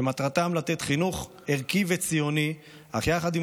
ומטרתם לתת חינוך ערכי וציוני אך יחד עם